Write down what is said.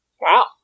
Wow